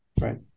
right